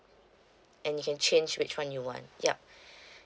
and you can change which one you want yup